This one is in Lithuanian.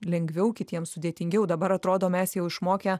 lengviau kitiems sudėtingiau dabar atrodo mes jau išmokę